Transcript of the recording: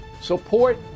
support